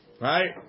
right